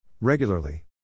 Regularly